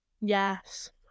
yes